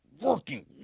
working